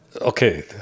okay